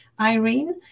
Irene